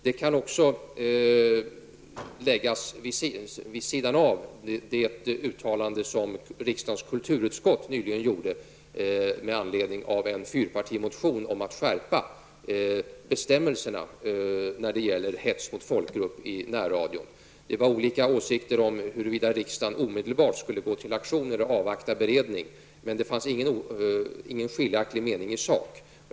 Det kan läggas till det uttalande som riksdagens kulturutskott nyligen gjorde med anledning av en fyrpartimotion om att skärpa bestämmelserna om hets mot folkgrupp i närradion. Det fanns olika åsikter om huruvida riksdagen omedelbart skulle gå till aktion eller avvakta beredning. Men det fanns ingen skiljaktlig mening i sak.